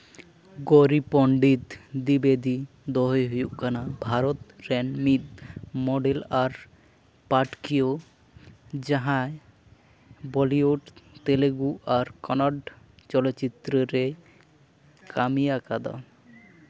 ᱜᱳᱨᱤ ᱯᱚᱱᱰᱤᱛ ᱫᱤᱵᱮᱫᱤ ᱫᱚᱭ ᱦᱩᱭᱩᱜ ᱠᱟᱱᱟ ᱵᱷᱟᱨᱚᱛ ᱨᱮᱱ ᱢᱤᱫ ᱢᱚᱰᱮᱞ ᱟᱨ ᱯᱟᱴᱷᱠᱤᱭᱟᱹ ᱡᱟᱦᱟᱸ ᱵᱚᱞᱤᱣᱩᱰ ᱛᱮᱞᱮᱜᱩ ᱟᱨ ᱠᱚᱱᱱᱚᱰ ᱪᱚᱞᱚᱛ ᱪᱤᱛᱨᱟᱹ ᱨᱮᱭ ᱠᱟᱹᱢᱤ ᱟᱠᱟᱫᱟ